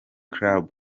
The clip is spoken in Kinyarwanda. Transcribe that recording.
club